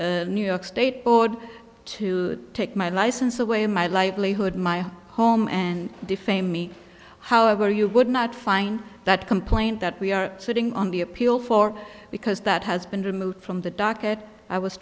the new york state board to take my license away in my likelihood my home and defame me however you would not find that complaint that we are sitting on the appeal for because that has been removed from the